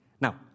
Now